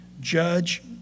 judge